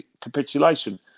capitulation